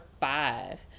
five